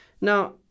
Now